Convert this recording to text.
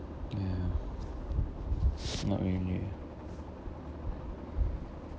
ya not really uh